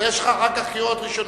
יש לך אחר כך קריאות ראשונות,